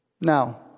Now